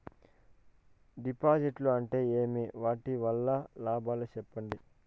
డిపాజిట్లు అంటే ఏమి? వాటి వల్ల లాభాలు సెప్పండి?